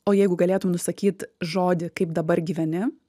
o jeigu galėtum nusakyt žodį kaip dabar gyveni